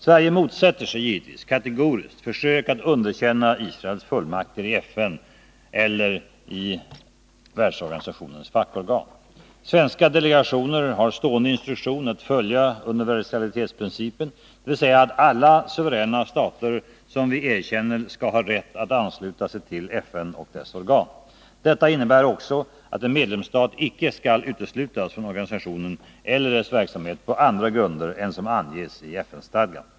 Sverige motsätter sig givetvis kategoriskt försök att underkänna Israels fullmakter i FN eller fackorganen. Svenska delegationer har stående instruktion att följa universalitetsprincipen, dvs. att alla suveräna stater som vi erkänner skall ha rätt att ansluta sig till FN och dess organ. Detta innebär också att en medlemsstat inte skall uteslutas från organisation eller dess verksamhet på andra grunder än som anges i FN-stadgan.